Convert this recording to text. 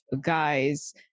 guys